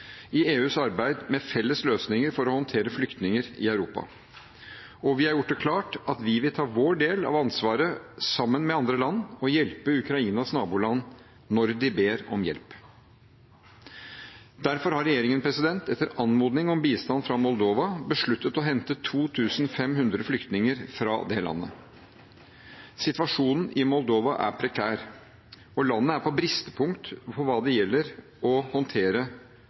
i EUs arbeid med felles løsninger for å håndtere flyktninger i Europa, og vi har gjort det klart at vi vil ta vår del av ansvaret sammen med andre land, og hjelpe Ukrainas naboland når de ber om hjelp. Derfor har regjeringen – etter anmodning om bistand fra Moldova – besluttet å hente 2 500 flyktninger fra det landet. Situasjonen i Moldova er prekær, og landet er på bristepunktet når det gjelder å håndtere